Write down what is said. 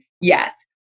Yes